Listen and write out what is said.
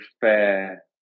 fair